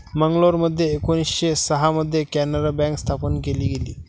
मंगलोरमध्ये एकोणीसशे सहा मध्ये कॅनारा बँक स्थापन केली गेली